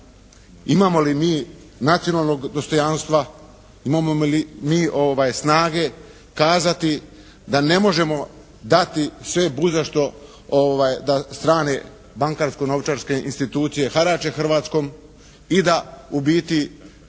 imamo li mi nacionalnog dostojanstva, imamo li mi snage kazati da ne možemo dati sve budzašto da strane bankarsko-novčarske institucije harače Hrvatskom i da u biti